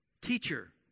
Teacher